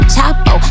Chapo